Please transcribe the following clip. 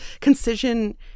concision